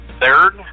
Third